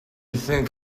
think